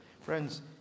friends